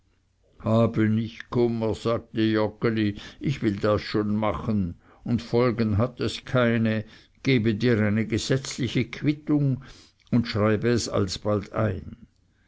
habe nicht kummer sagte joggeli ich will das schon machen und folgen hat es keine gebe dir eine gesetzliche quittung und schreibe es als bald ein